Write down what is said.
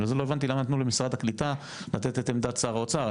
בגלל זה לא הבנתי למה נתנו למשרד הקליטה לתת את עמדת שר האוצר.